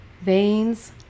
veins